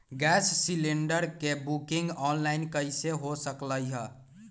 Gas cylinder के booking online कईसे हो सकलई ह?